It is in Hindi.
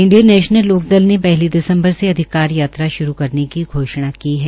इंडियन नैशनल लोकदल ने पहली दिसम्बर से अधिकार यात्रा श्रू करने की घोषणा की है